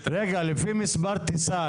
לפי מספר טיסה,